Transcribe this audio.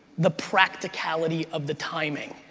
the practicality of the timing.